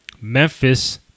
Memphis